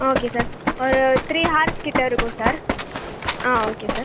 okay sir ஒரு three horse கிட்ட இருக்கும் சார் ஆ ஓகே சார்